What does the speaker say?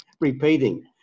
repeating